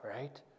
right